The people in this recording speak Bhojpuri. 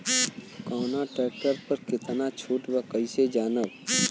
कवना ट्रेक्टर पर कितना छूट बा कैसे जानब?